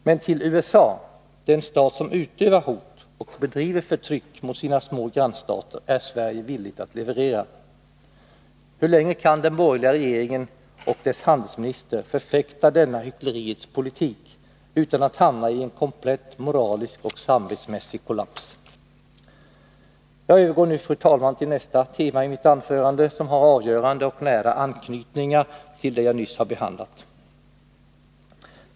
Men till USA, den stat som utövar hot mot och vill förtrycka sina små grannstater, är Sverige villigt att leverera. Hur länge kan den borgerliga regeringen och dess handelsminister förfäkta denna hyckleriets politik utan att hamna i en komplett moralisk och samvetsbetingad kollaps? Fru talman! Jag övergår nu till nästa tema i mitt anförande, som har avgörande och nära anknytningar till det jag nyss har behandlat.